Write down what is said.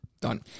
Done